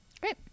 Great